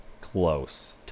close